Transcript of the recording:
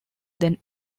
then